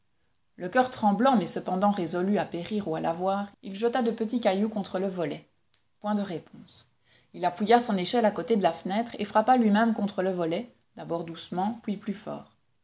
le coeur tremblant mais cependant résolu à périr ou à la voir il jeta de petits cailloux contre le volet point de réponse il appuya son échelle à côté de la fenêtre et frappa lui-même contre le volet d'abord doucement puis plus fort